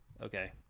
Okay